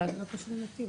זה לא קשור לנתיב.